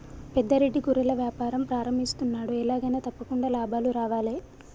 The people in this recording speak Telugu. పెద్ద రెడ్డి గొర్రెల వ్యాపారం ప్రారంభిస్తున్నాడు, ఎలాగైనా తప్పకుండా లాభాలు రావాలే